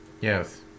Yes